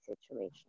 situation